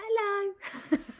Hello